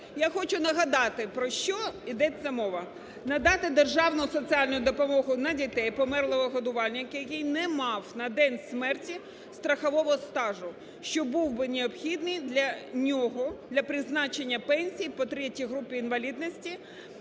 Я хочу нагадати, про що йдеться мова. Надати державну соціальну допомогу на дітей померлого годувальника, який не мав на день смерті страхового стажу, що був би необхідний для нього, для призначення пенсій по ІІІ групі інвалідності